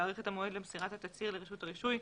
להאריך את המועד למסירת התצהיר לרשות הרישוי,